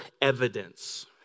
evidence